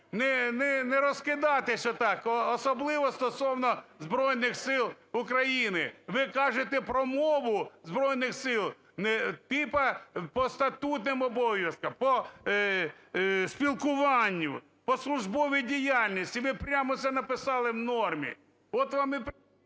не розкидатися так, особливо стосовно Збройних Сил України. Ви кажете про мову в Збройних Сил, не типа по статутним обов'язкам, по спілкуванню, по службовій діяльності. Ви прямо це написали в нормі.